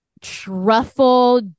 truffle